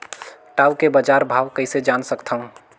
टाऊ के बजार भाव कइसे जान सकथव?